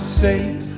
safe